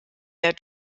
der